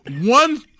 one